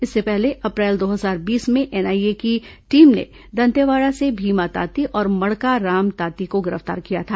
इससे पहले अप्रैल दो हजार बीस में एनआईए की टीम ने दंतेवाड़ा से भीमा ताती और मड़का राम ताती को गिरफ्तार किया था